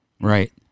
Right